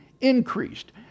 increased